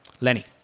Lenny